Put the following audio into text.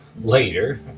later